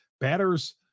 batters